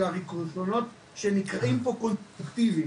הרישיונות שנקראים פה "קונסטרוקטיביים",